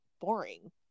boring